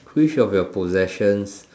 which of your possessions